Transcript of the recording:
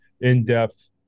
in-depth